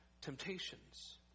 temptations